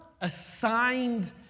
assigned